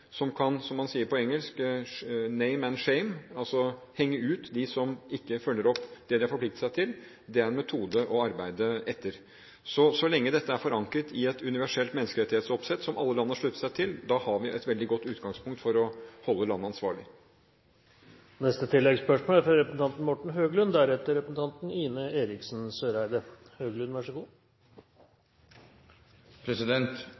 som kan – som man sier på engelsk – «name and shame», altså henge ut de som ikke følger opp det de har forpliktet seg til, er en metode å arbeide etter. Så lenge dette er forankret i et universelt menneskerettighetsoppsett som alle land har sluttet seg til, har vi et veldig godt utgangspunkt for å holde landet ansvarlig. Morten Høglund – til oppfølgingsspørsmål. Representanten